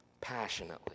passionately